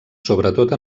sobretot